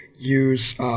use